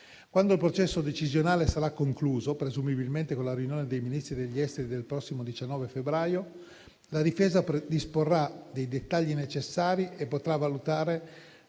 Quando il processo decisionale sarà concluso, presumibilmente con la riunione dei ministri degli esteri del prossimo 19 febbraio, la Difesa predisporrà i dettagli necessari e potrà valutare